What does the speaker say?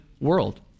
world